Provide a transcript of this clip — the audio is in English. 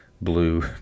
blue